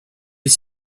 les